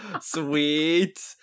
Sweet